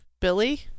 billy